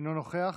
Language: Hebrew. אינו נוכח.